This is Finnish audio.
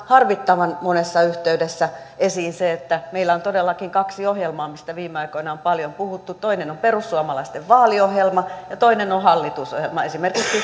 harmittavan monessa yhteydessä esiin se että meillä on todellakin kaksi ohjelmaa mistä viime aikoina on paljon puhuttu toinen on perussuomalaisten vaaliohjelma ja toinen on hallitusohjelma esimerkiksi